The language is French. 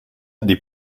des